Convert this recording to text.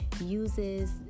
uses